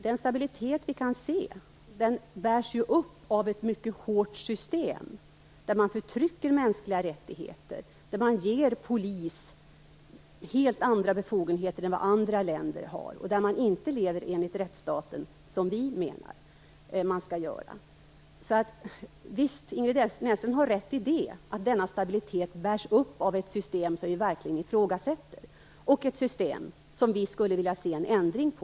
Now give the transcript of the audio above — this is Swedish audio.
Den stabilitet vi kan se bärs ju upp av ett mycket hårt system, där man förtrycker mänskliga rättigheter, där man ger polis helt andra befogenheter än vad andra länder har och där man inte lever enligt rättsstaten så som vi menar att man skall göra. Ingrid Näslund har rätt i att denna stabilitet bärs upp av ett system som vi verkligen ifrågasätter och ett system som vi skulle vilja se en ändring på.